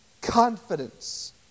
confidence